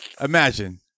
imagine